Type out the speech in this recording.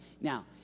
Now